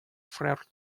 frères